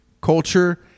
culture